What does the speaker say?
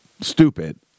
stupid